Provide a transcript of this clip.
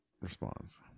responds